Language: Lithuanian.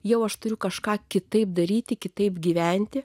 jau aš turiu kažką kitaip daryti kitaip gyventi